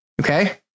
Okay